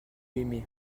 aimé